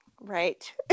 Right